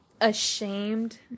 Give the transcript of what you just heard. ashamed